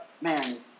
man